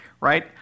Right